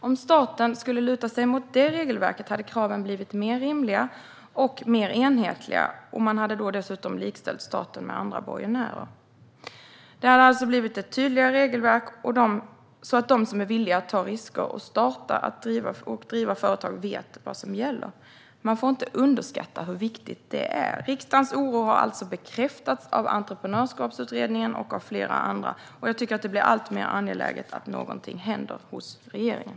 Om staten skulle luta sig mot det regelverket hade kraven blivit mer rimliga och mer enhetliga, och man hade då dessutom likställt staten med andra borgenärer. Det hade alltså blivit ett tydligare regelverk så att de som är villiga att ta risker och starta och driva företag vet vad som gäller. Man får inte underskatta hur viktigt det är. Riksdagens oro har bekräftats av Entreprenörskapsutredningen och av flera andra. Jag tycker därför att det blir alltmer angeläget att något händer hos regeringen.